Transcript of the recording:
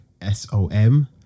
s-o-m